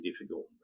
difficult